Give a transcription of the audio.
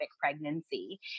pregnancy